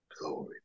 Glory